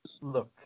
Look